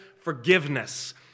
forgiveness